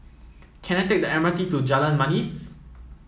can I take the M R T to Jalan Manis